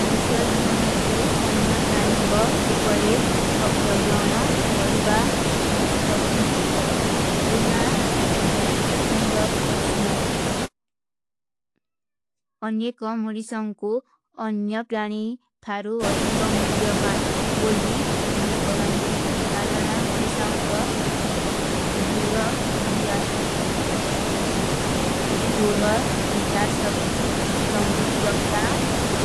ମରୀଶା ଜୀଵନ କୋ ଅଣ୍ଯା ପ୍ରାଣୀଂ କୋ ଉପରେ ଅଗ୍ଡଗ୍ଡଵନ କରିବା ନଈକୀ କୋ କୀ ଉତ୍ତର। ଯହା ଜଟୀଲ ପ୍ରସ୍ଣା। ଅଣ୍ଯେ କୋ ମରୀଶାଂକୋ ଅଣ୍ଯା ପ୍ରାଣୀ ଫାରୂ ଅଧିକା ମୁଲ୍ଯଵାନ ବୋଲୀ ମନେ କରନତୀ କାରଣା ମରୀଶାଂକୋ ଜୂଡହ ଵିଯା। ଜୂଡହ ଵିଚାର ସକ୍ତୀ, ସମ୍ଭୂକ୍ତ୍ରକ୍ତା